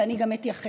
ואני גם אתייחס.